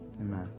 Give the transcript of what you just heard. Amen